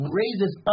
raises